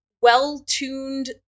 well-tuned